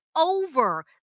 over